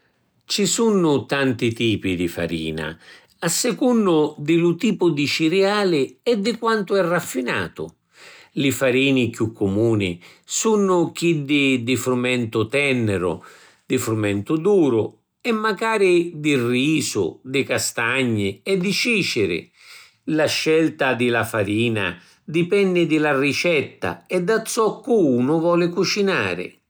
Ci sunnu tanti tipi di farina, a secunnu di lu tipu di ciriali e di quantu è raffinatu. Li farini chiù cumuni sunnu chiddi di frumentu tenniru, di frumentu duru, e macari di risu, di castagni, e di ciciri. La scelta di la farina dipenni di la ricetta e da zoccu unu voli cucinari.